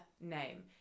name